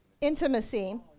Intimacy